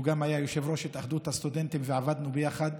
הוא גם היה יושב-ראש התאחדות הסטודנטים ועבדנו ביחד.